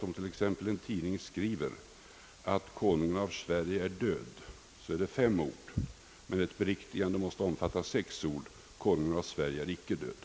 Om nämligen en tidning exempelvis skriver: »Konungen av Sverige är död», använder den fem ord, men ett beriktigande måste innefatta sex ord: »Konungen av Sverige är icke död!»